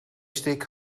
stick